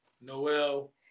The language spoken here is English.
Noel